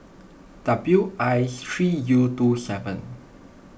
W I three U twenty seven